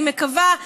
אני מקווה,